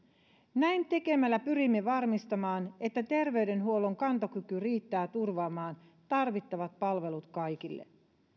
näin tekemällä pyrimme varmistamaan että terveydenhuollon kantokyky riittää turvaamaan tarvittavat palvelut kaikille